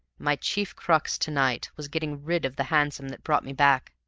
my chief crux to-night was getting rid of the hansom that brought me back.